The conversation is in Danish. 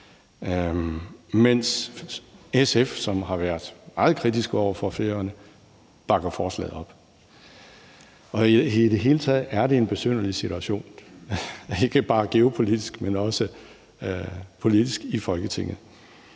mens SF, som har været meget kritiske over for Færøerne, bakker forslaget op. I det hele taget er det en besynderlig situation, ikke bare geopolitisk, men også politisk i Folketinget.